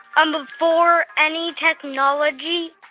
um before any technology,